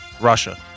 Russia